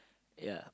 ya